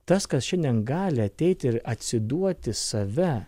tas kas šiandien gali ateiti ir atsiduoti save